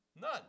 None